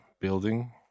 building